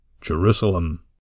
Jerusalem